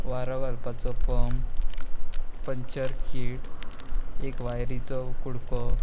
वारो घालपाचो pump puncture kit एक वायरीचो कु़डको